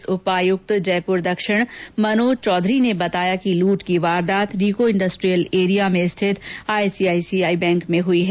police उपायुक्त जयपुर दक्षिण मनोज चौधरी ने बताया कि लूट की वारदात रिको इंडस्ट्रियल एरिया में स्थित आईसीआईसीआई बैंक में हुई है